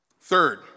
Third